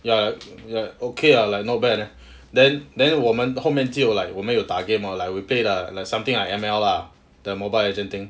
ya ya okay lah like not bad leh then then 我们后面只有 like 我们有打 game like we played the like something like M_L lah the mobile legend thing